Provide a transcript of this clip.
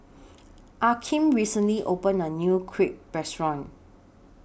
Akeem recently opened A New Crepe Restaurant